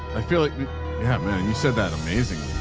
i feel like you said that. amazing.